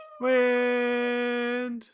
wind